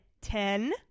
Ten